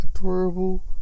adorable